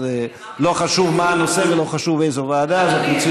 אז לא חשוב מה הנושא ולא חשוב איזו ועדה זאת,